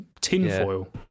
Tinfoil